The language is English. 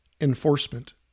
enforcement